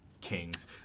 Kings